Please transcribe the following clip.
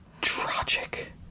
tragic